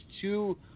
two